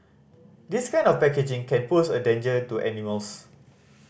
this kind of packaging can pose a danger to animals